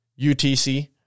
UTC